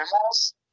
animals